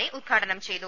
A ഉദ്ഘാടനം ചെയ്തു